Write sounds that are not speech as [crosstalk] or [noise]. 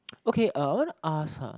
[noise] okay uh I wanna ask ha